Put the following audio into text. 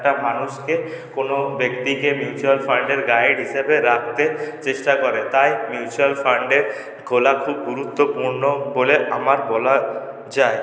একটা মানুষকে কোনো ব্যক্তিকে মিউচুয়াল ফান্ডের গাইড হিসেবে রাখতে চেষ্টা করে তাই মিউচুয়াল ফান্ডে খোলা খুব গুরুত্বপূর্ণ বলে আমার বলা যায়